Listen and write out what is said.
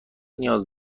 نیاز